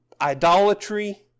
idolatry